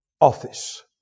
Office